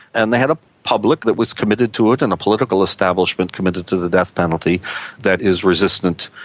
and they had a public that was committed to it and a political establishment committed to the death penalty that is resistant,